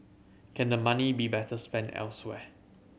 can the money be better spent elsewhere